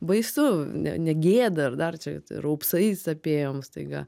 baisu ne ne gėda ar dar čia tai raupsais apėjom staiga